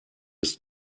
ist